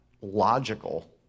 logical